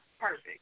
perfect